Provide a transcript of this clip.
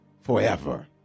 forever